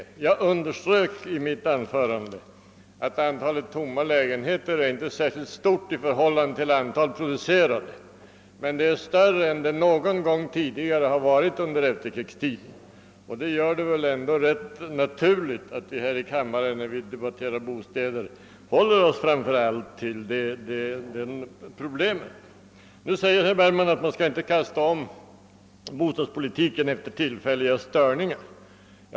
I mitt anförande underströk jag att antalet tomma lägenheter inte är särskilt stort i förhållande till antalet nyproducera de men att det var större än det någon gång tidigare varit under efterkrigstiden, Detta gör det ändå rätt naturligt att vi här i kammaren då vi debatterar bostäder framför allt håller oss till detta problem. Nu säger herr Bergman att man inte skall kasta om bostadspolitiken efter tillfälliga störningar.